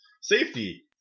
Safety